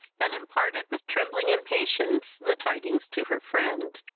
and imparted, with trembling impatience, the tidings to her friend.